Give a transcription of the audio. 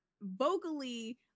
vocally